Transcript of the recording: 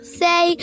say